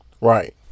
Right